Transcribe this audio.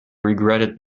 regretted